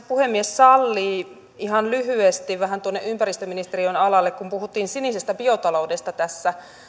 puhemies sallii ihan lyhyesti vähän ympäristöministeriön alalle kun puhuttiin sinisestä biotaloudesta tässä